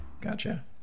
gotcha